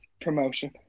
promotion